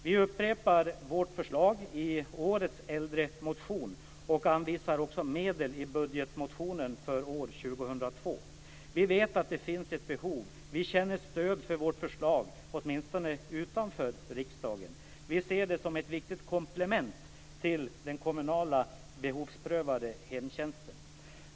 Vi upprepar vårt förslag i årets äldremotion och anvisar också medel i budgetmotionen för år 2002. Vi vet att det finns ett behov. Vi känner stöd för vårt förslag, åtminstone utanför riksdagen. Vi ser det som ett viktigt komplement till den kommunala behovsprövade hemtjänsten.